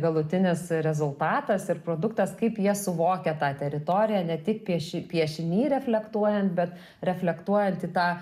galutinis rezultatas ir produktas kaip jie suvokia tą teritoriją ne tik pieš piešiny reflektuojant bet reflektuojant į tą